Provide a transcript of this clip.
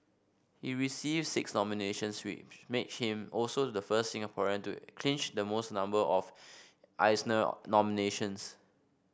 he received six nominations which made him also the first Singaporean to clinch the most number of Eisner nominations